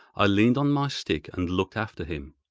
i leaned on my stick and looked after him.